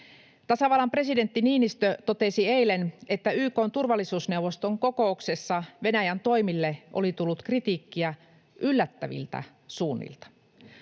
Tasavallan presidentti Niinistö totesi eilen, että YK:n turvallisuusneuvoston kokouksessa Venäjän toimille oli tullut kritiikkiä yllättäviltä suunnilta.